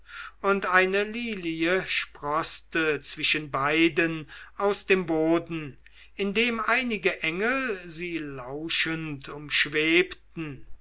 und eine lilie sproßte zwischen beiden aus dem boden indem einige engel sie lauschend umschwebten